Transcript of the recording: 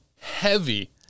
heavy